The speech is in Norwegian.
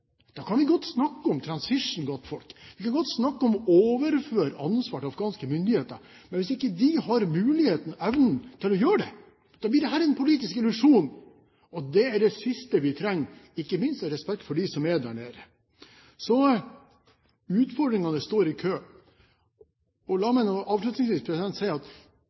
Da kan vi godt snakke om «transition», godtfolk. Vi kan godt snakke om å overføre ansvaret til afghanske myndigheter. Men hvis ikke de har mulighet og evne til å gjøre det, blir dette en politisk illusjon, og det er det siste vi trenger, ikke minst av respekt for dem som er der nede. Så utfordringene står i kø. La meg